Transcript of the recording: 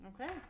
Okay